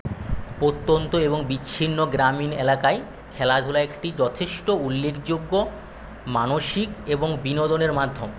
প্রত্যন্ত এবং বিচ্ছিন্ন গ্রামীণ এলাকায় খেলাধুলা একটি যথেষ্ট উল্লেখযোগ্য মানসিক এবং বিনোদনের মাধ্যম